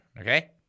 Okay